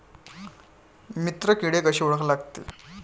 मित्र किडे कशे ओळखा लागते?